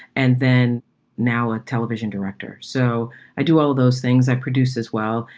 and then now a television director. so i do all those things i produce as well.